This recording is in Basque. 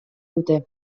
dute